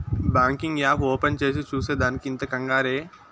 banking app open చేసి చూసే దానికి ఇంత కంగారే